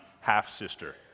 half-sister